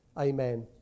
Amen